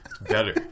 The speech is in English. better